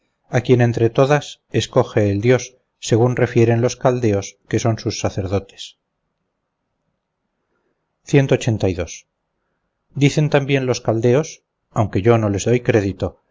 a quien entre todas escoge el dios según refieren los caldeos que son sus sacerdotes dicen también los caldeos aunque yo no les doy crédito que viene por